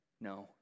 no